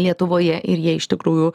lietuvoje ir jie iš tikrųjų